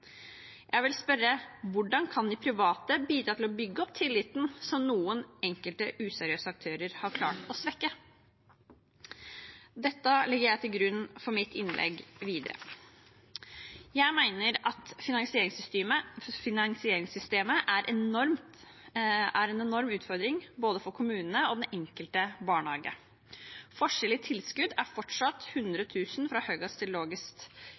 Jeg vil spørre: Hvordan kan de private bidra til å bygge opp tilliten som noen enkelte useriøse aktører har klart å svekke? Dette legger jeg til grunn for mitt innlegg videre. Jeg mener at finansieringssystemet er en enorm utfordring både for kommunene og for den enkelte barnehage. Forskjellen i tilskudd er fortsatt 100 000 kr fra høyest til